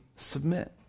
submit